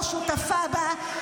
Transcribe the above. חבר הכנסת אלהואשלה,